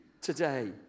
today